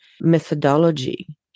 methodology